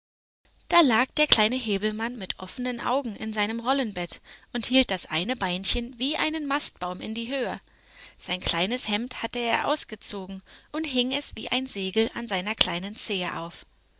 da lag der kleine häwelmann mit offenen augen in seinem rollenbett und hielt das eine beinchen wie einen mastbaum in die höhe sein kleines hemd hatte er ausgezogen und hing es wie ein segel an seiner kleinen zehe auf